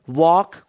walk